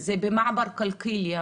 זה מעבר קלקיליה,